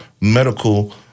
medical